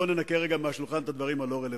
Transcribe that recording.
בוא ננקה רגע מהשולחן את הדברים הלא-רלוונטיים.